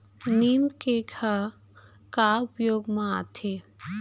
नीम cake ह का उपयोग मा आथे?